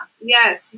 Yes